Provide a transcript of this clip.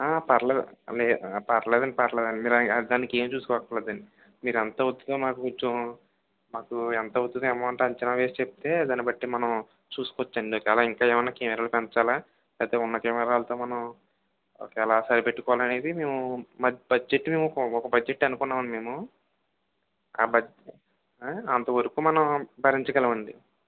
పర్లేదు అవి పర్లేదండి పర్లేదు మీరు దానికేం చూసుకోకర్లేదండి మీరంతా వచ్చినా మాకు కొంచెం మాకు ఎంతవుతుంది ఎమౌంటు అంచనా వేసి చెప్తే దాన్ని బట్టి మనం చూసుకొచ్చండి ఒకవేలా ఇంకా ఏమైనా కెమెరా పెంచాలా లేతే ఉన్న కెమెరాలుతో మనం ఒకేలా సరిపెట్టుకోవాలా అనేది మేము బడ్జెట్ మేము ఒక బడ్జెట్ అనుకున్నామండి మేము ఆ బడ్జెట్ అంతవరకు మనం బరించగలమండి